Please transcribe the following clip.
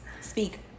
Speak